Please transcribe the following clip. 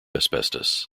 asbestos